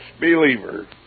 believer